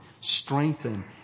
strengthen